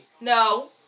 No